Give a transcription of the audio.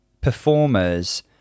performers